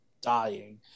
dying